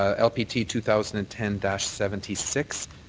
lpt two thousand and ten seventy six.